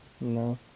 No